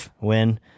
win